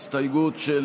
זו